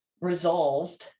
resolved